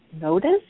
notice